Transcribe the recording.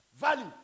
Value